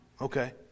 Okay